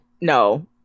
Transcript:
no